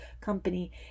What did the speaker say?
company